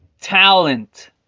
talent